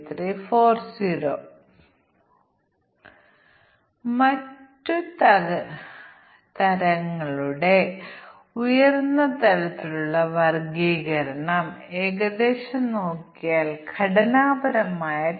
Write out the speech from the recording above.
ഈ കാരണങ്ങളുടെ നിർദ്ദിഷ്ട കോമ്പിനേഷനുകൾ ചില ഫലങ്ങൾ ഉണ്ടാക്കുന്നു ഉദാഹരണത്തിന് നിക്ഷേപം 1 വർഷത്തിൽ കുറവാണ് നിക്ഷേപം 1 ലക്ഷത്തിൽ താഴെയാണ് അത് 6 ശതമാനം ഉത്പാദിപ്പിക്കും